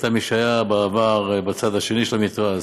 מי שהיה בעבר בצד השני של המתרס,